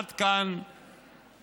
עד כאן ההצעה.